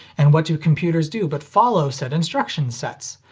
and what do computers do but follow said instruction sets?